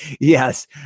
yes